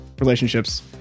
Relationships